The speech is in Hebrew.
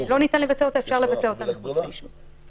אפשר לבצע מחוץ ליישוב.